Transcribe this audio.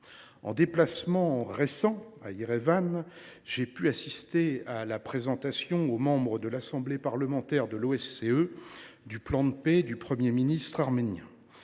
déplacement à Erevan, j’ai pu assister à la présentation aux membres de l’assemblée parlementaire de l’OSCE du plan de paix du Premier ministre arménien.